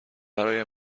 برای